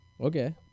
Okay